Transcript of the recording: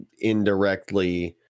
indirectly